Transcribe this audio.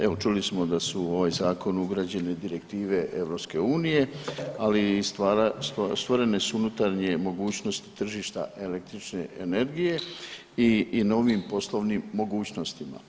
Evo čuli smo da su u ovaj zakonu ugrađene direktive EU, ali i stvorene su unutarnje mogućnosti tržišta električne energije i novim poslovnim mogućnostima.